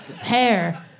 hair